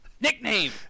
nickname